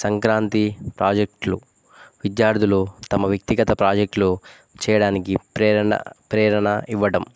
సంక్రాంతి ప్రాజెక్టులు విద్యార్థులు తమ వ్యక్తిగత ప్రాజెక్టులు చేయడానికి ప్రేరణ ప్రేరణ ఇవ్వడం